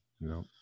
No